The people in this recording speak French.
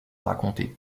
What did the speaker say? raconter